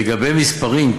לגבי מספרים,